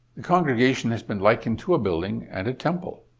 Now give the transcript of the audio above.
the congregation has been likened to a building and a temple.